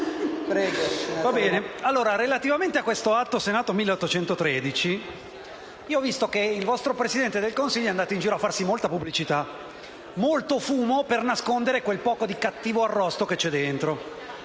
relativamente all'Atto Senato 1813, ho visto che il vostro Presidente del Consiglio è andato in giro a farsi molta pubblicità: molto fumo per nascondere quel poco di cattivo arrosto che c'è dentro.